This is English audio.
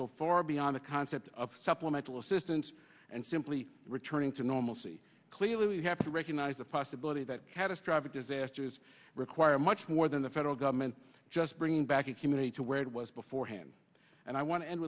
go far beyond the concept of supplemental assistance and simply returning to normalcy clearly we have to recognize the possibility that catastrophic disasters require much more than the federal government just bringing back a community to where it was beforehand and i want to end